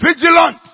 vigilant